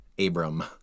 Abram